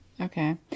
okay